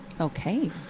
Okay